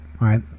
right